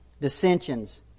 dissensions